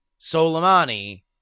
Soleimani